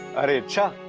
and a chair?